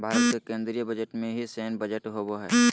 भारत के केन्द्रीय बजट में ही सैन्य बजट होबो हइ